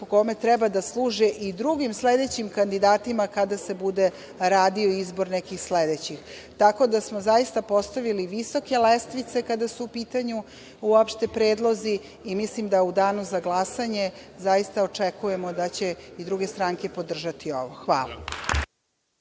po kome treba da služe i drugim sledećim kandidatima kada se bude radio izbor nekih sledećih. Tako da smo zaista postavili visoke lestvice kada su opšte u pitanju predlozi i mislim u danju za glasanje zaista očekujemo da će i druge stranke ovo podržati. Hvala.